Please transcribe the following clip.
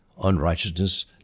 Unrighteousness